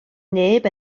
neb